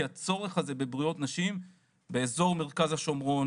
כי הצורך הזה בבריאות נשים באזור הר חברון,